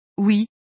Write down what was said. Oui